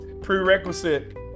prerequisite